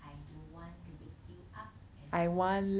I don't want to wake you up and so